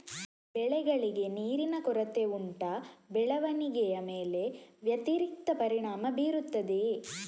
ಬೆಳೆಗಳಿಗೆ ನೀರಿನ ಕೊರತೆ ಉಂಟಾ ಬೆಳವಣಿಗೆಯ ಮೇಲೆ ವ್ಯತಿರಿಕ್ತ ಪರಿಣಾಮಬೀರುತ್ತದೆಯೇ?